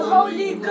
Holy